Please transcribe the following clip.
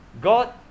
God